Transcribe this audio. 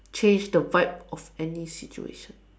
change the vibe of any situation